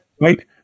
Right